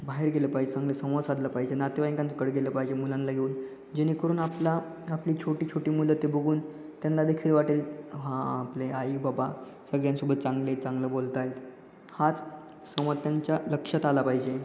बाहेर गेलं पाहिजे चांगले संवाद साधला पाहिजे नातेवाईकांकडे गेलं पाहिजे मुलांला येऊन जेणेकरून आपला आपली छोटी छोटी मुलं ते बघून त्यांना देखील वाटेल हां आपले आई बाबा सगळ्यांसोबत चांगले चांगलं बोलत आहेत हाच संवाद त्यांच्या लक्षात आला पाहिजे